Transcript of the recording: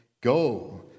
Go